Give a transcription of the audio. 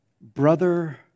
Brother